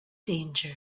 danger